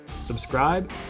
Subscribe